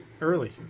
early